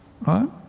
right